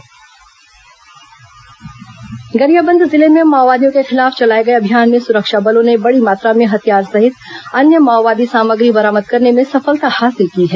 माओवादी सामग्री बरामद आगजनी गरियाबंद जिले में माओवादियों के खिलाफ चलाए गए अभियान में सुरक्षा बलों ने बड़ी मात्रा में हथियार सहित अन्य माओवादी सामग्री बरामद करने में सफलता हासिल की है